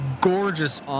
gorgeous